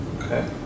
Okay